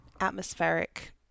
atmospheric